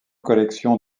collection